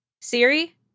Siri